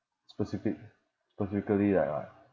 specific specifically like what